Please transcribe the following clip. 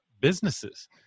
businesses